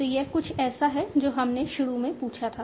तो यह कुछ ऐसा है जो हमने शुरू में पूछा था